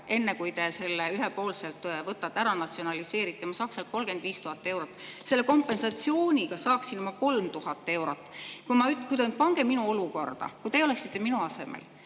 enne kui te selle ühepoolselt ära võtate, natsionaliseerite, ma saaks sealt 35 000 eurot. Selle kompensatsiooniga saaksin ma 3000 eurot. Pange end minu olukorda. Kui te oleksite minu asemel,